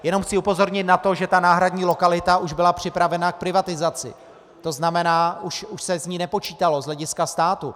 Jenom chci upozornit na to, že náhradní lokalita už byla připravena k privatizaci, to znamená, už se s ní nepočítalo z hlediska státu.